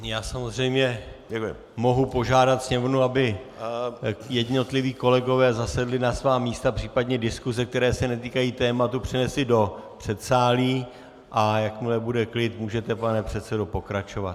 Já samozřejmě mohu požádat, aby jednotliví kolegové zasedli na svá místa, případně diskuse, které se netýkají tématu, přenesli do předsálí, a jakmile bude klid, můžete, pane předsedo, pokračovat.